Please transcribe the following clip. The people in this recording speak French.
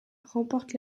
remporte